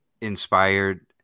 inspired